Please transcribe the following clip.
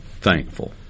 thankful